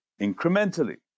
incrementally